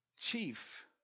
Chief